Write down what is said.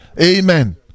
Amen